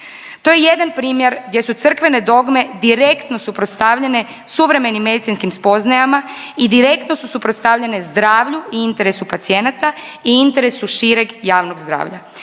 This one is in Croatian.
To je jedan primjer gdje su crkvene dogme direktno suprotstavljene suvremenim medicinskim spoznajama i direktno su suprotstavljene zdravlju i interesu pacijenata i interesu šireg javnog zdravlja.